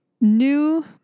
new